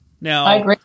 now